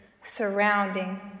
surrounding